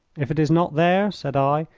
if it is not there, said i,